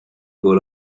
goal